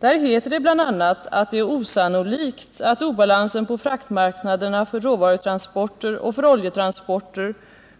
Där heter det bl.a. att det är osannolikt att obalansen på fraktmarknaderna för råvarutransporter och för oljetransporter